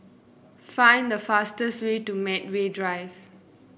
find the fastest way to Medway Drive